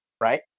right